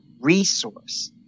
resource